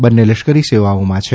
બંને લશ્કરી સેવાઓમાં છે